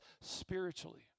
spiritually